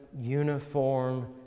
uniform